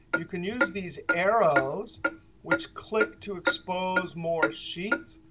you can use these arrows which click to expose more sheets.